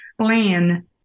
plan